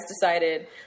decided